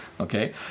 okay